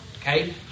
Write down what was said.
Okay